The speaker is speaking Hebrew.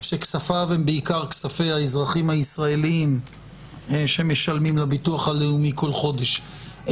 שכספיו הם בעיקר כספי האזרחים הישראלים שמשלמים לביטוח הלאומי כל חודש.